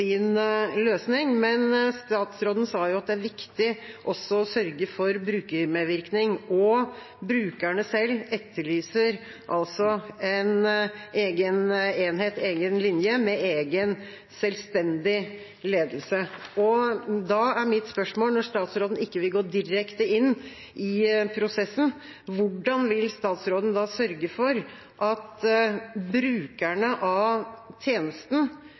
løsning. Statsråden sa jo at det er viktig å sørge for brukermedvirkning, og brukerne selv etterlyser altså en egen enhet, en egen linje med egen selvstendig ledelse. Da er mitt spørsmål, når statsråden ikke vil gå direkte inn i prosessen: Hvordan vil statsråden sørge for at brukerne av tjenesten